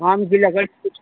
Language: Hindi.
आम के लकड़ी